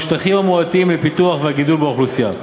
נוכח השטחים המועטים לפיתוח והגידול באוכלוסייה.